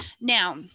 Now